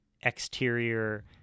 exterior